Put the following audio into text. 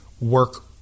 work